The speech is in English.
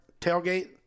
tailgate